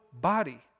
body